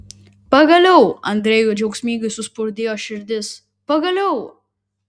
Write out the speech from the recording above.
pagaliau andrejui džiaugsmingai suspurdėjo širdis pagaliau